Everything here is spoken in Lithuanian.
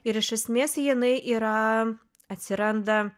ir iš esmės jinai yra atsiranda